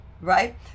right